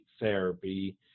therapy